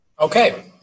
Okay